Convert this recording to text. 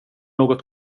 något